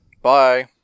Bye